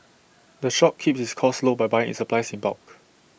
the shop keeps its costs low by buying its supplies in bulk